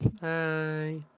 Bye